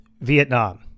Vietnam